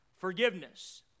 forgiveness